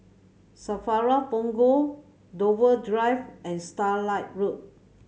SAFRA Punggol Dover Drive and Starlight Road